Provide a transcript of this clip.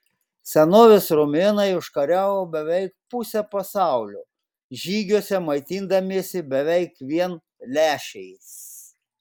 senovės romėnai užkariavo beveik pusę pasaulio žygiuose maitindamiesi beveik vien lęšiais